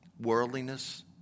Worldliness